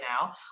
now